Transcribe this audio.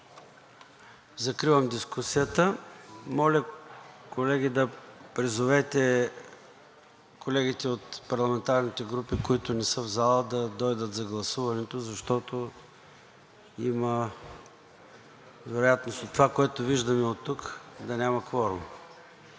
Закривам дискусията. Моля, колеги, да призовете колегите от парламентарните групи, които не са в залата, да дойдат за гласуването, защото има вероятност от това, което виждаме оттук, да няма кворум.